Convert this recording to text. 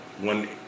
one